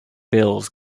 bills